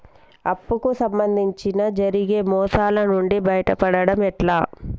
అప్పు కు సంబంధించి జరిగే మోసాలు నుండి బయటపడడం ఎట్లా?